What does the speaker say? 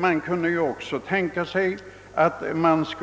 Man kunde också tänka sig något